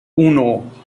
uno